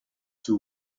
two